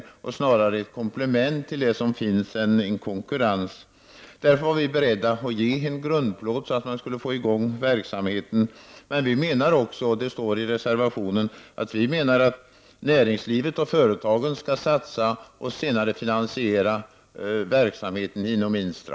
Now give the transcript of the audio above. INSTRA blir då snarare ett komplement än en konkurrent. Därför var vi beredda att anslå pengar till en grundplåt för att verksamheten skulle komma i gång. Vi menar också — vilket står i reservationen — att näringslivet och företagen skall satsa och senare finansiera verksamheten inom INSTRA.